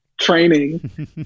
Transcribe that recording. training